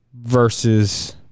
versus